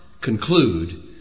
conclude